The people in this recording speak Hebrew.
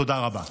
תודה רבה.